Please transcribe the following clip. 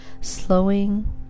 slowing